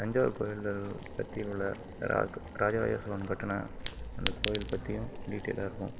தஞ்சாவூர் கோவிலில் பற்றிவுள்ள ராஜராஜசோழன் கட்டின அந்தக்கோயில் பற்றியும் டீடைலாக இருக்கும்